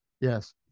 Yes